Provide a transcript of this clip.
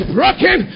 broken